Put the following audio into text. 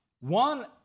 One